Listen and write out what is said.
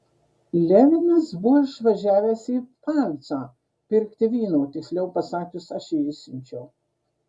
levinas buvo išvažiavęs į pfalcą pirkti vyno tiksliau pasakius aš jį išsiunčiau